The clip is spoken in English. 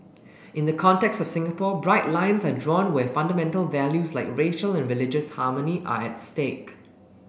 in the context of Singapore bright lines are drawn where fundamental values like racial and religious harmony are at stake